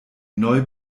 neu